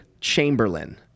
Chamberlain